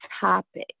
topic